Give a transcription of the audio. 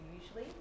usually